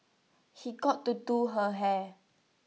he got to do her hair